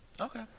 Okay